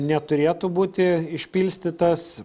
neturėtų būti išpilstytas